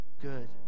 good